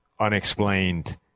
unexplained